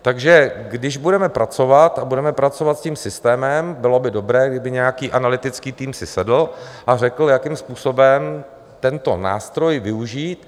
Takže když budeme pracovat, a budeme pracovat tím systémem, bylo by dobré, kdyby nějaký analytický tým si sedl a řekl, jakým způsobem tento nástroj využít.